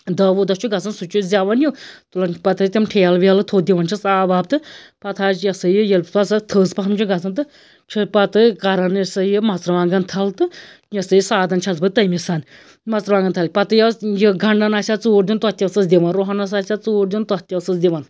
داہ وُہ دۄہ چھِ گژھان سُہ چھِ زٮ۪وَن ہیُو تُلان چھِ پتہٕ أسۍ تِم ٹھیلہٕ ویلہٕ تھوٚد دِوان چھِس آب واب تہٕ پتہٕ حظ چھِ یہِ ہسا یہِ ییٚلہِ پتہٕ سۄ تھٔز پہم چھِ گژھان تہٕ چھِ پتہٕ کران یہِ ہسا یہِ مرژٕوانگَن تھَل تہٕ یۄسہ یہِ سادَن چھَس بہٕ تٔمِس مَرژٕوانگَن تھل پتہٕ یۄس یہِ گنڈَن آسیٛا ژوٗر دیُن تَتھ تہِ ٲسٕس دِوان رُہنَس آسیٛا ژوٗر دیُن تَتھ تہِ ٲسٕس دِوان